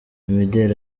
imideli